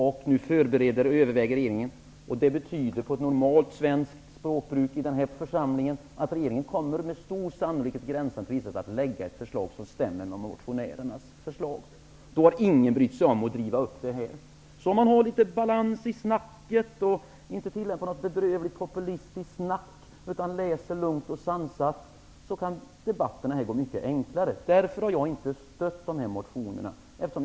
Nu förbereder och överväger regeringen. Det betyder med normalt svenskt språkbruk i den här församlingen att regeringen med stor sannolikhet, gränsande till visshet, kommer att lägga fram ett förslag som stämmer med motionärernas förslag. Därför har ingen brytt sig om att driva frågan här. Har man litet balans i snacket, inte tillämpar något bedrövligt populistiskt snack, utan läser lugnt och sansat, kan debatterna här bli mycket enklare. Därför har jag inte stött de här motionerna.